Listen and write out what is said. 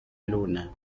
luna